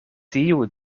tiu